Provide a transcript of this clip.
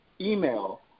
Email